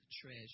treasure